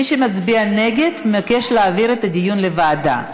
מי שמצביע נגד, מבקש להעביר את הדיון לוועדה.